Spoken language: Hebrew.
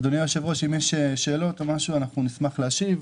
אדוני היושב-ראש, אם יש שאלות אנחנו נשמח להשיב.